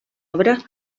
obra